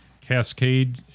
Cascade